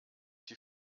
die